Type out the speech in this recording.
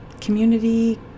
community